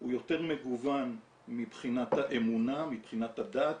הוא יותר מגוון מבחינת האמונה, מבחינת הדת.